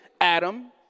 Adam